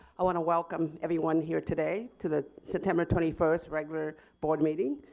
i want to welcome everyone here today to the september twenty first regular board meeting.